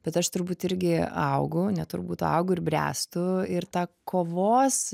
bet aš turbūt irgi augu ne turbūt o augu bręstu ir tą kovos